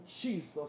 Jesus